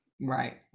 Right